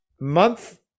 Month